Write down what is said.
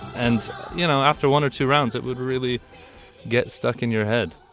and you know, after one or two rounds, it would really get stuck in your head